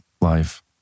life